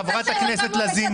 חברת הכנסת לזימי,